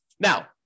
Now